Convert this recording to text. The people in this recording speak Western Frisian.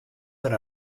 der